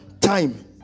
Time